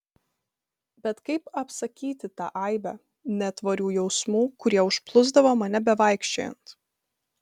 bet kaip apsakyti tą aibę netvarių jausmų kurie užplūsdavo mane bevaikščiojant